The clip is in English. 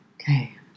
Okay